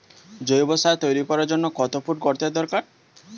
জৈব সার তৈরি করার জন্য কত ফুট গর্তের দরকার?